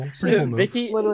vicky